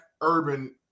urban